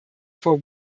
for